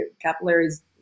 capillaries